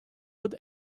would